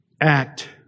act